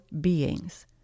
beings